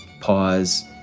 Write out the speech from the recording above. pause